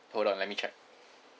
hold on let me check